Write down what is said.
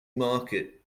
market